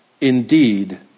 indeed